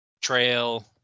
Trail